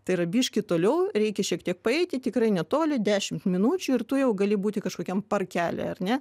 tai yra biškį toliau reikia šiek tiek paeiti tikrai netoli dešimt minučių ir tu jau gali būti kažkokiam parkely ar ne